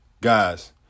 Guys